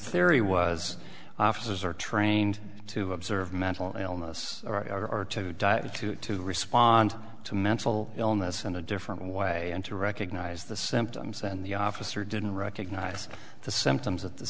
theory was officers are trained to observe mental illness or to die and to to respond to mental illness in a different way and to recognize the symptoms and the officer didn't recognize the symptoms at the